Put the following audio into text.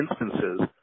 instances